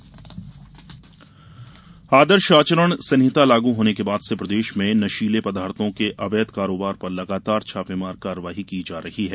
छापामार कार्यवाही आदर्श आचरण संहिता लागू होने के बाद से प्रदेश मे नशीले पदार्थो के अवैध करोबार पर लगातार छापेमार कार्यवाही की जा रही है